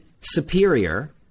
superior